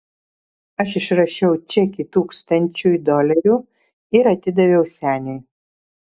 aš išrašiau čekį tūkstančiui dolerių ir atidaviau seniui